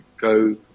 go